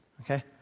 Okay